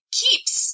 keeps